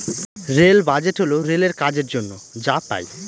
rail budget হল রেলের কাজের জন্য যা পাই